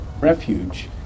refuge